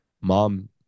mom